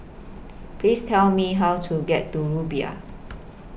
Please Tell Me How to get to Rumbia